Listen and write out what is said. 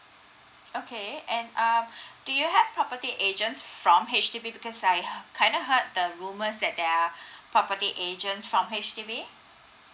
okay and um do you have property agents from H_D_B because I h~ kind of heard the rumours that there are property agent from H_D_B